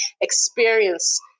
experience